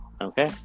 Okay